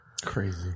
crazy